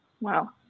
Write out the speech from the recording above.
Wow